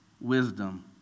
wisdom